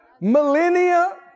millennia